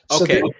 Okay